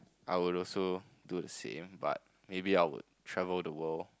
I would also do the same but maybe I would travel the world